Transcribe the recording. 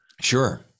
Sure